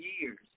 years